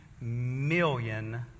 million